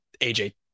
AJ